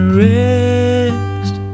rest